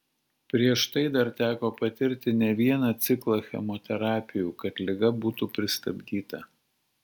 prieš tai dar teko patirti ne vieną ciklą chemoterapijų kad liga būtų pristabdyta